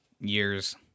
years